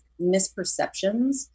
misperceptions